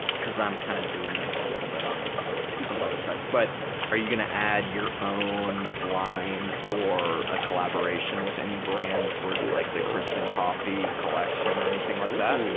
cause i'm kind of doing this a little bit on some other sites. but are you gonna add your own line or a collaboration with any brands where it's like the kristin coffey collection or anything like that?